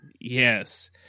Yes